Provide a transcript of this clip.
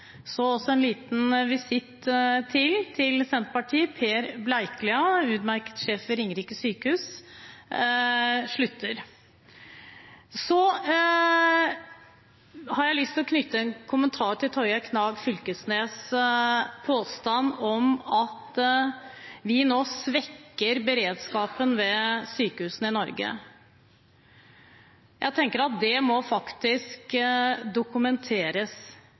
Så en liten visitt til, til Senterpartiet: Per Bleikelia, utmerket sjef ved Ringerike sykehus, slutter. Jeg har lyst til å knytte en kommentar til Torgeir Knag Fylkesnes’ påstand om at vi nå svekker beredskapen ved sykehusene i Norge. Jeg tenker at det må faktisk dokumenteres.